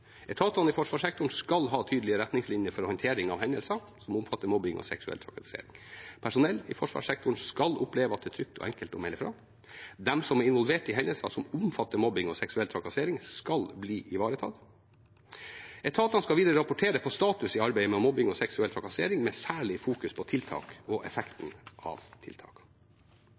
Etatene i forsvarssektoren skal ha tydelige retningslinjer for håndtering av hendelser som omfatter mobbing og seksuell trakassering. Personell i forsvarssektoren skal oppleve at det er trygt og enkelt å melde fra. De som er involvert i hendelser som omfatter mobbing og seksuell trakassering, skal bli ivaretatt. Etatene skal videre rapportere på status i arbeidet med mobbing og seksuell trakassering med særlig fokus på tiltak og effekten av